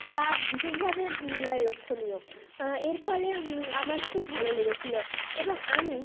তা বিশেষভাবে লক্ষণীয় এর ফলে আমার খুব ভালো লেগেছিল এবং আমি